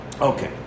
Okay